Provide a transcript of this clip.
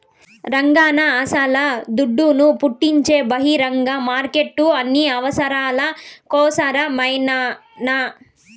రంగన్నా అస్సల దుడ్డును పుట్టించే బహిరంగ మార్కెట్లు అన్ని అవసరాల కోసరమేనన్నా